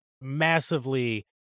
massively